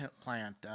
plant